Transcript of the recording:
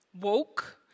woke